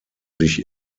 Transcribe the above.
sich